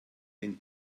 den